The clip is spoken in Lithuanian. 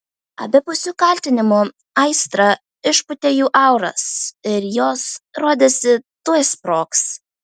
abipusių kaltinimų aistra išpūtė jų auras ir jos rodėsi tuoj sprogs